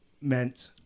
meant